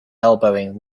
elbowing